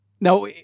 Now